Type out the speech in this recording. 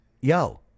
Yo